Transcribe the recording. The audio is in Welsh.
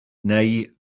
neu